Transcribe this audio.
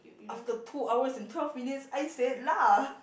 after two hours and twelve minutes I said lah